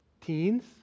Teens